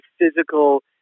physical